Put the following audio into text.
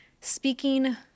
Speaking